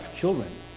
children